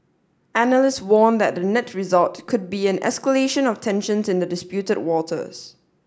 analysts warn that the net result could be an escalation of tensions in the disputed waters